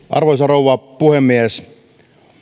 arvoisa rouva puhemies